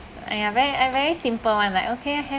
!aiya! I very I very simple [one] like okay ah